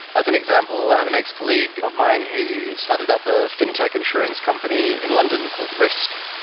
as an example, i have an ex-colleague of mine who started up a fintech insurance company in london called risk,